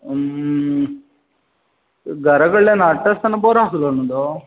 घरा कडल्यान हाडटा आसतना बरो आसलो न्हय तो